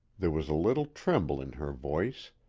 there was a little tremble in her voice.